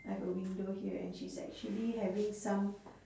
I've a window here and she's actually having some